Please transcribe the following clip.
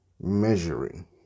Measuring